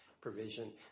provision